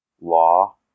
law